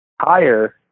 higher